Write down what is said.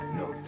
no